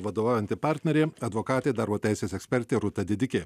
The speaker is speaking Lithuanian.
vadovaujanti partnerė advokatė darbo teisės ekspertė rūta didikė